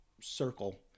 circle